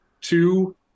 Two